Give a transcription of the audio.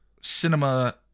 cinema